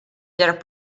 llarg